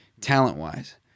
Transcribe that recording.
talent-wise